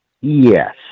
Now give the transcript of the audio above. Yes